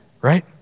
Right